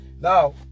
now